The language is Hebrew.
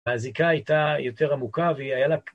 הזיקה הייתה יותר עמוקה והיא היה לה...